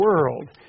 world